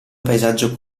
paesaggio